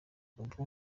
ubu